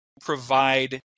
provide